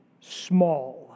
small